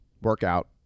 Workout